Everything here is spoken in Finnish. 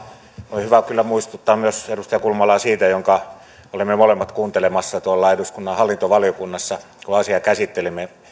on hyvä kyllä muistuttaa myös edustaja kulmalaa siitä mitä olimme molemmat tuolla eduskunnan hallintovaliokunnassa kuuntelemassa kun asiaa käsittelimme että